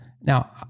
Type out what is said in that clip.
Now